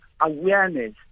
awareness